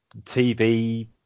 TV